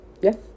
Yes